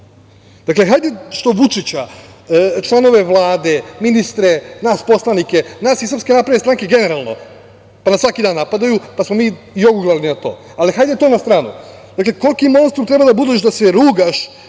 nešto. Dakle, hajde što Vučića, članove Vlade, ministre, nas poslanike, nas iz SNS generalno, pa nas svaki dan napadaju, pa smo mi i oguglali na to, hajde to na stranu, dakle, koliki monstrum treba da budeš da se rugaš